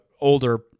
older